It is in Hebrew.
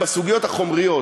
בסוגיות החומריות,